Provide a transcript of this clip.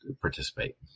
participate